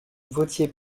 votiez